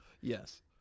Yes